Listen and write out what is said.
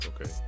Okay